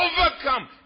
overcome